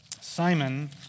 Simon